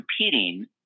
competing